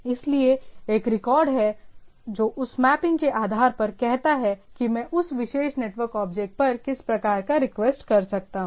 इसलिए एक रिकॉर्ड है जो उस मैपिंग के आधार पर कहता है कि मैं उस विशेष नेटवर्क ऑब्जेक्ट पर किस प्रकार का रिक्वेस्ट कर सकता हूं